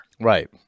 right